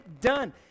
done